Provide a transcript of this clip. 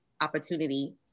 opportunity